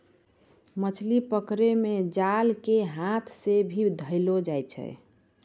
मछली पकड़ै मे जाल के हाथ से भी देलो जाय छै